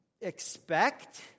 expect